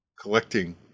collecting